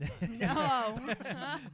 No